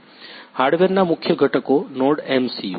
હાર્ડવેરના મુખ્ય ઘટકો NodeMCU છે